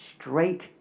straight